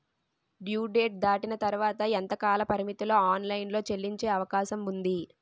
Due date దాటిన తర్వాత ఎంత కాలపరిమితిలో ఆన్ లైన్ లో చెల్లించే అవకాశం వుంది?